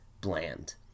bland